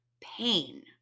pain